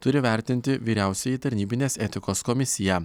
turi vertinti vyriausioji tarnybinės etikos komisija